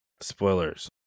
spoilers